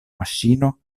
maŝino